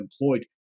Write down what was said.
employed